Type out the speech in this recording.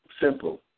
simple